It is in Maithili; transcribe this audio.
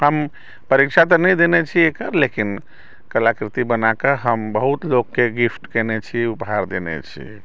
हम परीक्षा त नहि देने छी एकर लेकिन कलाकृति बना के हम बहुत लोक के गिफ़्ट कयने छी उपहार देने छी